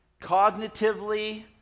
Cognitively